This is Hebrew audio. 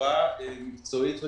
בצורה מקצועית טובה,